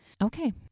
Okay